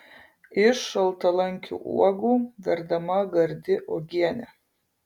iš šaltalankių uogų verdama gardi uogienė